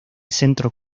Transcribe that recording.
centro